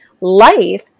life